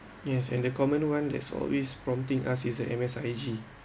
yes and the common one there's always prompting us is uh M_S_I_G